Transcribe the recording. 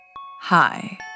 Hi